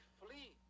flee